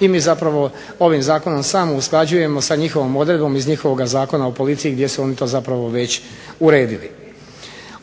i mi zapravo ovim zakonom samo usklađujemo sa njihovom odredbom iz njihovog Zakona o policiji gdje su oni to već uredili.